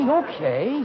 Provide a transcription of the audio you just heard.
okay